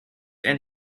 and